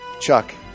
Chuck